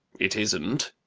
it isn't!